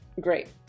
Great